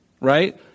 right